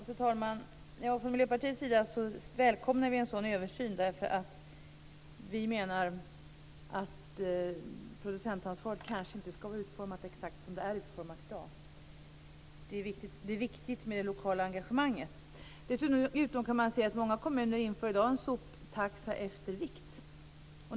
Fru talman! Från Miljöpartiets sida välkomnar vi en sådan översyn, eftersom vi menar att producentansvaret kanske inte skall vara utformat exakt som det är utformat i dag. Det är viktigt med det lokala engagemanget. Dessutom kan man se att många kommuner i dag inför en soptaxa efter vikt.